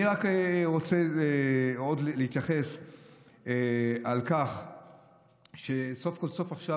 אני רק רוצה עוד להתייחס לכך שסוף-כל-סוף עכשיו,